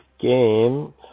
game